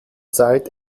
zeit